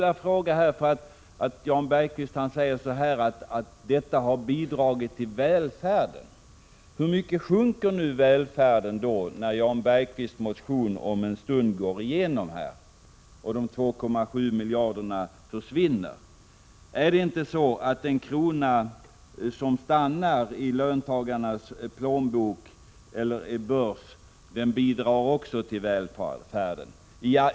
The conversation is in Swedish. Jan Bergqvist säger att skattehöjningarna bidragit till välfärden. Då skulle jag vilja fråga: Hur mycket sjunker välfärden när Jan Bergqvists motion om en stund går igenom och 2,7 miljarder försvinner? Är det inte så att en krona som stannar i löntagarnas plånbok eller börs också bidrar till välfärden?